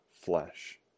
flesh